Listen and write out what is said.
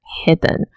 hidden